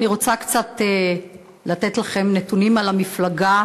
אני רוצה לתת לכם נתונים על המפלגה,